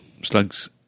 slugs